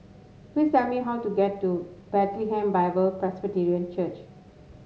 please tell me how to get to Bethlehem Bible Presbyterian Church